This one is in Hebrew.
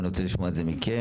ואני רוצה לשמוע את זה מכם,